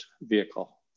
vehicle